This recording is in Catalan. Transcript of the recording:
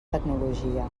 tecnologia